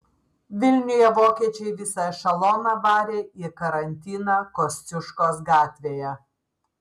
vilniuje vokiečiai visą ešeloną varė į karantiną kosciuškos gatvėje